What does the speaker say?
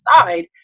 side